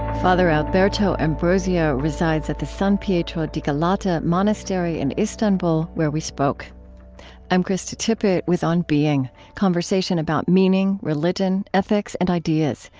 father alberto ambrosio resides at the san pietro di galata monastery in istanbul, where we spoke i'm krista tippett with on being conversation about meaning, religion, ethics, and ideas.